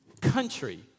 country